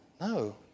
no